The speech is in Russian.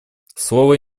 слово